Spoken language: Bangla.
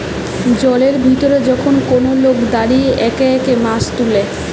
জলের ভিতরে যখন কোন লোক দাঁড়িয়ে একে একে মাছ তুলে